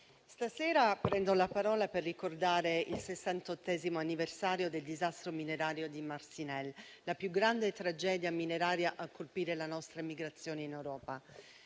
stasera prendo la parola per ricordare il sessantottesimo anniversario del disastro minerario di Marcinelle, la più grande tragedia mineraria a colpire la nostra emigrazione in Europa.